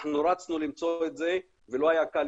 אנחנו רצנו למצוא את זה ולא היה קל.